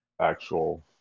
actual